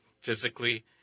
physically